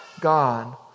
God